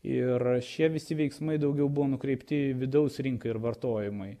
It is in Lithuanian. ir šie visi veiksmai daugiau buvo nukreipti vidaus rinkai ir vartojimui